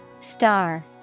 Star